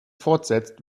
fortsetzt